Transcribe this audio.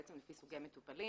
בעצם לפי סוגי מטופלים.